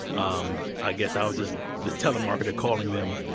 um i guess i was just this telemarketer calling them,